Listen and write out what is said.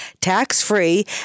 tax-free